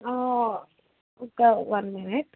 ఒక one minute